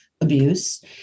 abuse